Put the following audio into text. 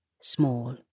small